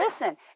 Listen